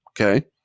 Okay